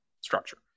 structure